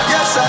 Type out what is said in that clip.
Yes